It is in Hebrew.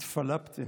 התפלפתם.